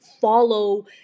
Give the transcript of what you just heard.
follow